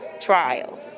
trials